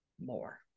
more